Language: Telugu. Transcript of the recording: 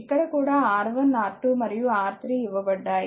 ఇక్కడ కూడా R1 R2మరియు R3 ఇవ్వబడ్డాయి